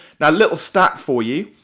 now a little stat for you,